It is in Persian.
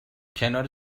کنار